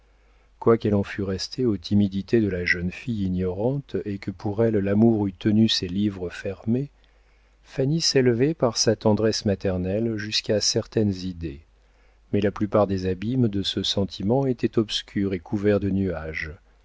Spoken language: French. quoiqu'elle en fût restée aux timidités de la jeune fille ignorante et que pour elle l'amour eût tenu ses livres fermés fanny s'élevait par sa tendresse maternelle jusqu'à certaines idées mais la plupart des abîmes de ce sentiment étaient obscurs et couverts de nuages